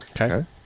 Okay